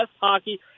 hockey